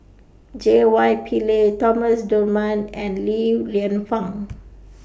J Y Pillay Thomas Dunman and Li Lienfung